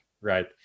right